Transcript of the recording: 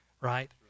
right